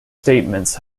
statements